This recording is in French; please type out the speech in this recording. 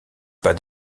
pas